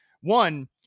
One